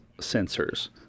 sensors